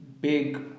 big